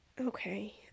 Okay